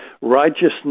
righteousness